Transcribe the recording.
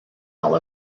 all